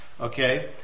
okay